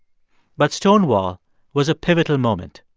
but stonewall was a pivotal moment.